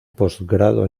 postgrado